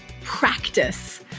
practice